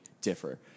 differ